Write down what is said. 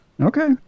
Okay